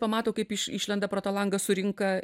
pamato kaip iš išlenda pro tą langą surinka